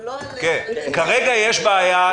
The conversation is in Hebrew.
כרגע יש בעיה.